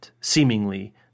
seemingly